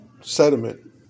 sediment